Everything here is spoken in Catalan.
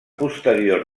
posterior